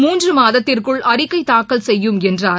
மூன்று மாதத்திற்குள் அறிக்கை தூக்கல் செய்யும் என்றார்